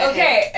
Okay